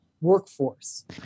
workforce